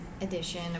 edition